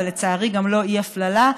ולצערי גם לא אי-הפללה,